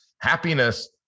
happiness